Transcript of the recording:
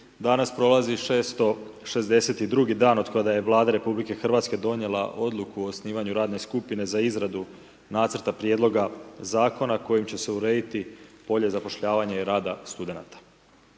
Danas prolazi 662 dan od kada je Vlada RH donijela Odluku o osnivanju radne skupine za izradu nacrta prijedloga zakona kojim će se urediti bolje zapošljavanje i rada studenata.